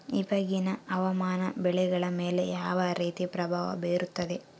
ಇವಾಗಿನ ಹವಾಮಾನ ಬೆಳೆಗಳ ಮೇಲೆ ಯಾವ ರೇತಿ ಪ್ರಭಾವ ಬೇರುತ್ತದೆ?